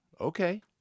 okay